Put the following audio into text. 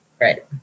Right